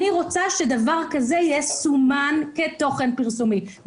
אני רוצה שדבר כזה יסומן כתוכן פרסומי.